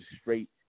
straight